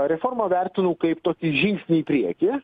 reformą vertinu kaip tokį žingsnį į priekį